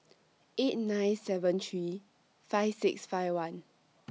eight nine seven three five six five one